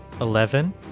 Eleven